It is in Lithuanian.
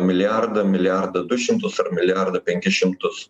milijardą milijardą du šimtus milijardą penkis šimtus